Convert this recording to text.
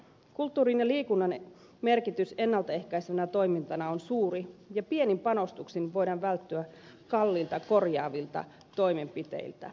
kulttuurin ja liikunnan merkitys ennalta ehkäisevänä toimintana on suuri ja pienin panostuksen voidaan välttyä kalliilta korjaavilta toimenpiteiltä